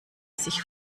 sich